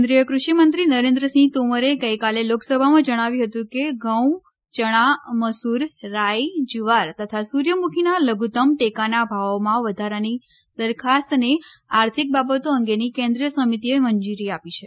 કેન્દ્રીય કૃષિમંત્રી નરેન્દ્રસિંહ તોમરે ગઈકાલે લોકસભામાં જણાવ્યું હતું કે ઘઉં ચણા મસૂર રાઈ જુવાર તથા સૂર્યમુખીના લધુત્તમ ટેકાના ભાવોમાં વધારાની દરખાસ્તને આર્થિક બાબતો અંગેની કેન્દ્રીય સમિતિએ મંજુરી આપી છે